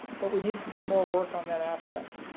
but we need to do more work on that aspect.